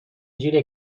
جوریه